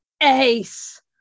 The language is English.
ace